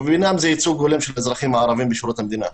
ובתוך זה ייצוג הולם של אזרחים ערבים בשירות המדינה.